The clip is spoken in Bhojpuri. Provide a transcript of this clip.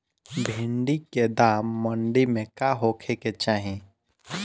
भिन्डी के दाम मंडी मे का होखे के चाही?